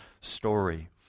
story